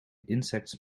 insects